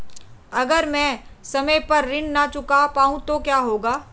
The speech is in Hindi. अगर म ैं समय पर ऋण न चुका पाउँ तो क्या होगा?